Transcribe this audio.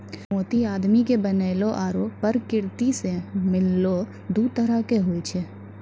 मोती आदमी के बनैलो आरो परकिरति सें मिललो दु तरह के होय छै